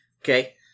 Okay